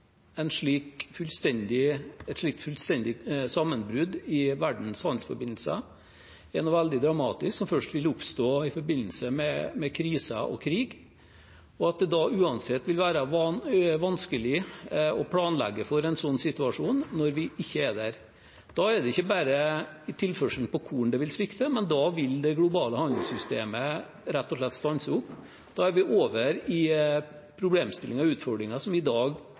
et slikt fullstendig sammenbrudd i verdens handelsforbindelser er noe veldig dramatisk som først vil oppstå i forbindelse med kriser og krig, og at det da uansett vil være vanskelig å planlegge for en sånn situasjon når vi ikke er der. Da er det ikke bare i tilførselen på korn det vil svikte, da vil det globale handelssystemet rett og slett stanse opp. Da er vi over i problemstillinger og utfordringer som vi i dag